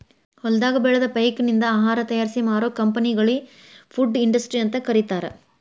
ಹೊಲದಾಗ ಬೆಳದ ಪೇಕನಿಂದ ಆಹಾರ ತಯಾರಿಸಿ ಮಾರೋ ಕಂಪೆನಿಗಳಿ ಫುಡ್ ಇಂಡಸ್ಟ್ರಿ ಅಂತ ಕರೇತಾರ